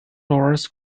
lourdes